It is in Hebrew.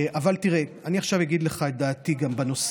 אבל תראה, אני עכשיו אגיד לך את דעתי בנושא,